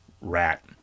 rat